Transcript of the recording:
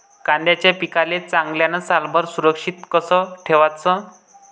कांद्याच्या पिकाले चांगल्यानं सालभर सुरक्षित कस ठेवाचं?